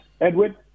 Edward